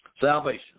salvation